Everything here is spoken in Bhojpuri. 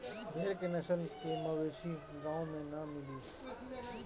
भेड़ के नस्ल के मवेशी गाँव में ना मिली